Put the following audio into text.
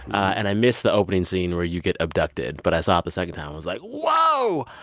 and i missed the opening scene where you get abducted. but i saw it the second time. i was like, whoa.